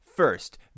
First